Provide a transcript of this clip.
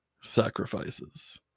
sacrifices